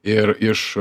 ir iš